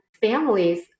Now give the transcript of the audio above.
families